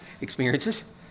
experiences